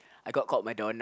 I got called Madonna